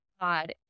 God